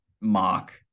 mock